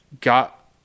got